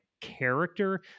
character